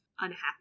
unhappy